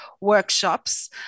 workshops